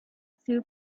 two